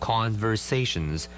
Conversations